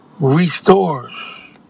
restores